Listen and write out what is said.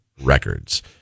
records